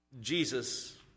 Jesus